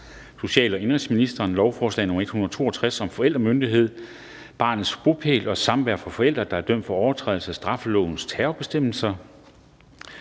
lov om ændring af forældreansvarsloven. (Forældremyndighed, barnets bopæl og samvær for forældre, der er dømt for overtrædelse af straffelovens terrorbestemmelser)).